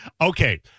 Okay